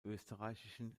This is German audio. österreichischen